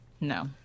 no